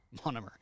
monomer